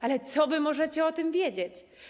Ale co wy możecie o tym wiedzieć?